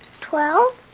Twelve